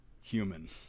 human